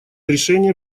решения